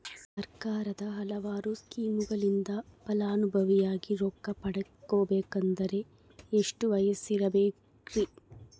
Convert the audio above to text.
ಸರ್ಕಾರದ ಹಲವಾರು ಸ್ಕೇಮುಗಳಿಂದ ಫಲಾನುಭವಿಯಾಗಿ ರೊಕ್ಕ ಪಡಕೊಬೇಕಂದರೆ ಎಷ್ಟು ವಯಸ್ಸಿರಬೇಕ್ರಿ?